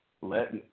let –